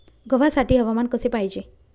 गव्हासाठी हवामान कसे पाहिजे?